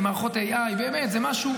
עם מערכות AI. זה באמת משהו.